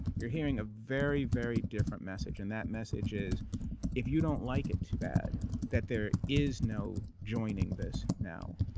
you're hearing a very, very different message. and that message is if you don't like it, too bad that there is no joining this now.